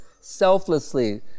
selflessly